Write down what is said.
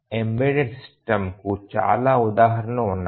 embedded సిస్టమ్స్కు చాలా ఉదాహరణలు ఉన్నాయి